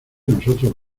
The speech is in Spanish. nosotros